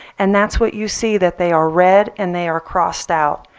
and that's what you see that they are red and they are crossed out.